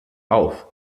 auf